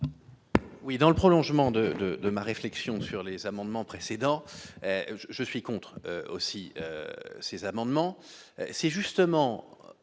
Oui, dans le prolongement de de de ma réflexion sur les amendements précédent je je suis contre aussi ces amendements,